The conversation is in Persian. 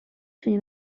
تونی